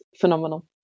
phenomenal